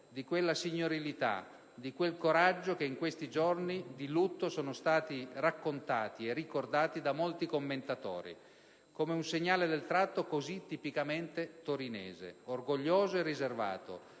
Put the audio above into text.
di quella signorilità, di quel coraggio che in questi giorni di lutto sono stati raccontati e ricordati da molti commentatori come un segnale del tratto così tipicamente torinese, orgoglioso e riservato,